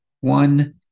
one